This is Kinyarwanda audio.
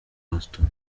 boston